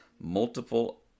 multiple